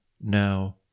Now